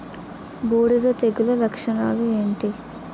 బూడిద తెగుల లక్షణాలు ఏంటి?